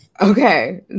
Okay